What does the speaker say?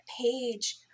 page